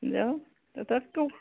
ଯାଅ ତ ତୁ